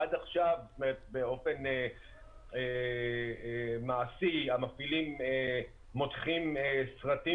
עד עכשיו באופן מעשי המפעילים מותחים סרטים